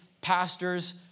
pastors